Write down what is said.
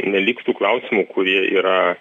neliktų klausimų kurie yra